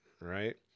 right